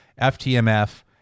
FTMF